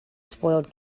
spoiled